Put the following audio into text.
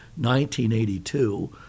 1982